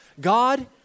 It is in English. God